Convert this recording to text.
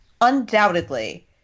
undoubtedly